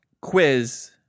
quiz